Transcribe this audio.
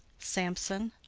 sampson,